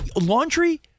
Laundry